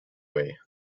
way